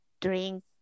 drink